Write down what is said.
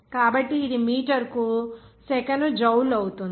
కాబట్టి ఇది మీటరుకు సెకనుకు జౌల్ అవుతుంది